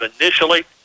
initially